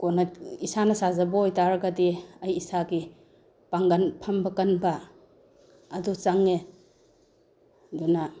ꯏꯁꯥꯅ ꯁꯥꯖꯕ ꯑꯣꯏꯇꯔꯒꯗꯤ ꯑꯩ ꯏꯁꯥꯒꯤ ꯄꯥꯡꯒꯟ ꯐꯝꯕ ꯀꯟꯕ ꯑꯗꯨ ꯆꯪꯉꯦ ꯑꯗꯨꯅ